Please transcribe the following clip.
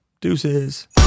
Deuces